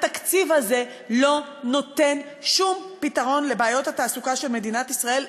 התקציב הזה לא נותן שום פתרון לבעיות התעסוקה של מדינת ישראל.